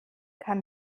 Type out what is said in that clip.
kann